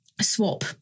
swap